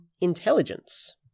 intelligence